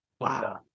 Wow